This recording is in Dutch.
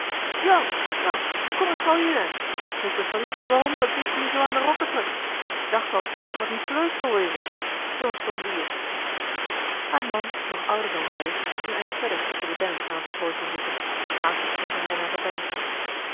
jan jan kom es gauw hier hên ik wist al niet waorum dat biest mie zoo aan eli heimans willem roda de rokken trùk ik dacht wel dat er wat niet pluus zol wêzen zoo'n stom dier haar man nog ouder dan zij is een eind verder tusschen de dennen aan het strooisel zoeken haastig strompelt hij naderbij